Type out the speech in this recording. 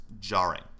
jarring